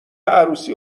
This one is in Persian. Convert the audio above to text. عروسی